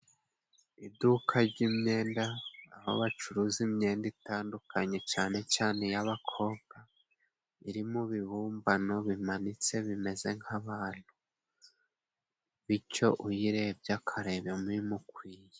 Iduka jy'imyenda Aho bacuruza imyenda itandukanye cyane cyane iy'abakobwa iri mubibumbano bimanitse bimeze nk'abantu bicyo uyirebye akarebamo imukwiye.